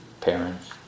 parents